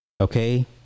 Okay